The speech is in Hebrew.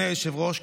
אדוני היושב-ראש,